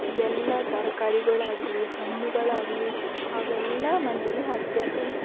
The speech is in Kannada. ಎಲ್ಲ ತರಕಾರಿಗಳಾಗಲಿ ಹಣ್ಣುಗಳಾಗಲಿ ಅವೆಲ್ಲ ಮನೇಲಿ ಹಾಕ್ದೆ ಯಾಕೆಂದ್ರೆ